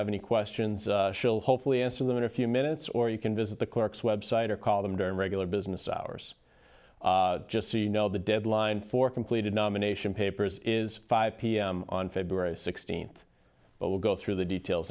have any questions she will hopefully answer them in a few minutes or you can visit the clarks website or call them during regular business hours just see now the deadline for completed nomination papers is five pm on february sixteenth but will go through the details